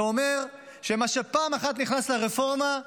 זה אומר שמה שפעם אחת נכנס לרפורמה,